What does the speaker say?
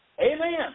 Amen